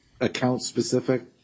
account-specific